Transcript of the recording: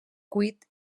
cuit